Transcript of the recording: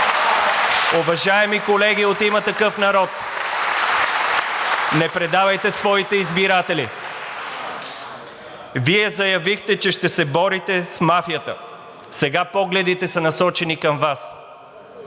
Уважаеми колеги, от „Има такъв народ“ не предавайте своите избиратели. Вие заявихте, че ще се борите с мафията. Сега погледите са насочени към Вас.